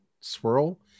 swirl